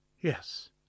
Yes